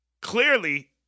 clearly